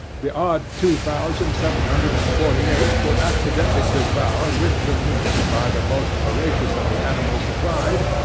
the odd two thousand seven hundred and forty-eight were accidentally devoured with the meat, by the most voracious of the animals supplied,